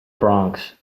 bronx